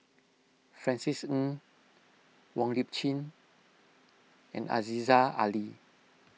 Francis Ng Wong Lip Chin and Aziza Ali